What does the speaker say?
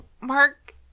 mark